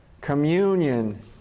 communion